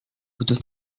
butuh